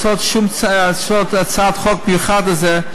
לעשות הצעת חוק במיוחד לזה,